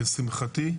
לשמחתי,